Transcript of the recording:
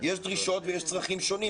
יש דרישות ויש צרכים שונים.